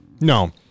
No